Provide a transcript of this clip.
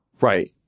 Right